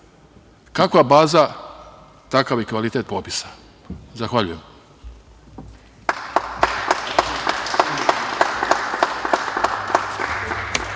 Kakva baza, takav i kvalitet popisa. Zahvaljujem.